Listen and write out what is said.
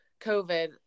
COVID